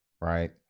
right